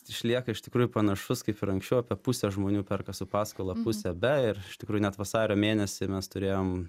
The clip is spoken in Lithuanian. išlieka iš tikrųjų panašus kaip ir anksčiau apie pusę žmonių perka su paskola pusė be ir iš tikrųjų net vasario mėnesį mes turėjom